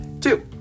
Two